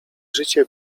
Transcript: życie